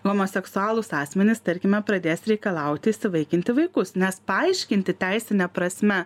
homoseksualūs asmenys tarkime pradės reikalauti įsivaikinti vaikus nes paaiškinti teisine prasme